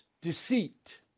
deceit